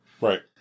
Right